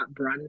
brunch